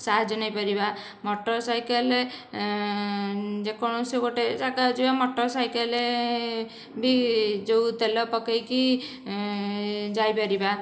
ସାହାଯ୍ୟ ନେଇପାରିବା ମୋଟରସାଇକେଲଲ୍ ଯେକୌଣସି ଗୋଟିଏ ଜାଗାକୁ ଯିବା ମୋଟରସାଇକେଲଲ୍ ବି ଯେଉଁ ତେଲ ପକେଇକି ଯାଇପାରିବା